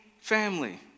family